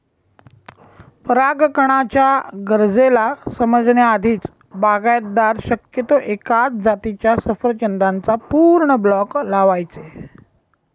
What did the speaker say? परागकणाच्या गरजेला समजण्या आधीच, बागायतदार शक्यतो एकाच जातीच्या सफरचंदाचा पूर्ण ब्लॉक लावायचे